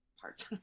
parts